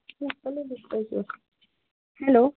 hello